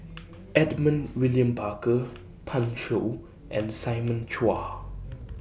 Edmund William Barker Pan Shou and Simon Chua